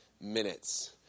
minutes